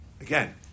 Again